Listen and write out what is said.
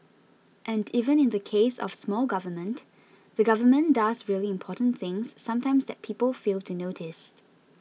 and even in the case of small government the government does really important things sometimes that people fail to notice